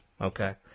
Okay